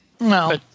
No